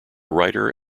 writer